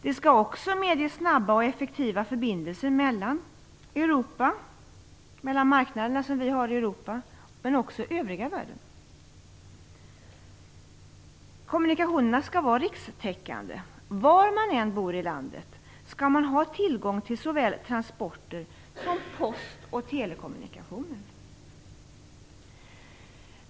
Det skall också medge snabba och effektiva förbindelser med våra marknader i Europa, men också med övriga världen. Kommunikationerna skall vara rikstäckande. Var man än bor i landet skall man ha tillgång till såväl transporter som post och telekommunikationer.